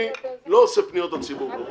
אני לא עושה פניות הציבור פה.